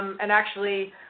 and actually,